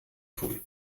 tun